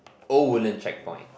old Woodlands checkpoint